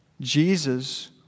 Jesus